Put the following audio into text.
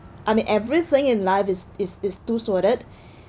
I mean everything in life is is is two sworded